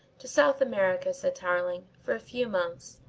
to south america, said tarling, for a few months.